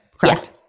correct